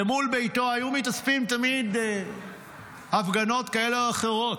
ומול ביתו היו מתאספות תמיד הפגנות כאלה או אחרות.